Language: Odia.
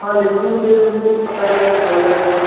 ହଁ ଲେମ୍ବୁ ବି ଦେଇଦିଅନ୍ତୁ ଟିକିଏ ଖଟା ଖଟା ହେଲେ ଭଲ ଲାଗିବ